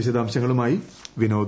വിശദാംശങ്ങളുമായി വിനോദ്